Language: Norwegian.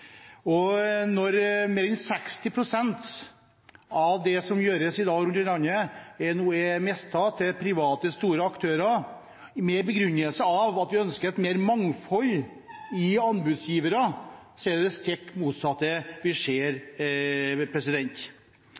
Når mer enn 60 pst. av det som gjøres i dag rundt i landet, nå er mistet til private, store aktører med begrunnelsen at man ønsker et større mangfold i anbudsgivere, er det det stikk motsatte vi ser.